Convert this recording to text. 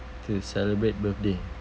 to celebrate birthday